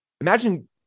imagine